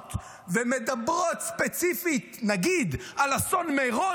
מוקמות ומדברות ספציפית נגיד על אסון מירון,